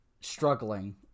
struggling